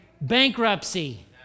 Bankruptcy